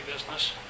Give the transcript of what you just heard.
business